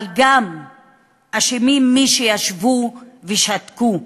אבל אשמים גם מי שישבו ושתקו,